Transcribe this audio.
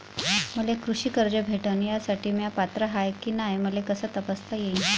मले कृषी कर्ज भेटन यासाठी म्या पात्र हाय की नाय मले कस तपासता येईन?